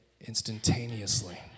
instantaneously